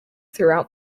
throughout